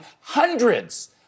hundreds